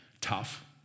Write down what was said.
tough